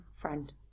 friend